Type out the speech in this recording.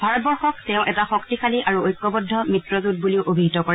ভাৰতবৰ্ষক তেওঁ এটা শক্তিশালী আৰু ঐক্যবদ্ধ মিত্ৰজোঁট বুলিও অভিহিত কৰে